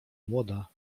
młoda